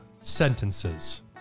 sentences